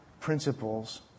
principles